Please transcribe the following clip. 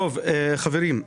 חברים,